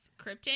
Krypton